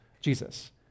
Jesus